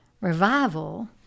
Revival